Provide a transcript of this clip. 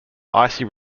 icy